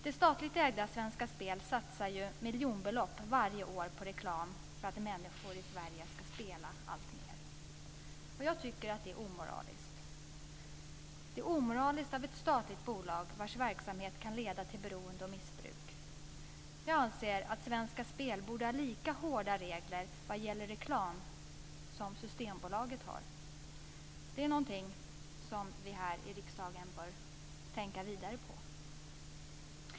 Det statligt ägda Svenska Spel satsar miljonbelopp varje år på reklam för att människor i Sverige ska spela alltmer. Jag tycker att det är omoraliskt av ett statligt bolag att bedriva en verksamhet som kan leda till beroende och missbruk. Jag anser att Svenska Spel borde ha lika hårda regler för reklam som Systembolaget har. Det är någonting som vi här i riksdagen bör tänka vidare på.